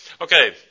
Okay